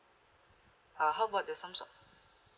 uh how about the Samsung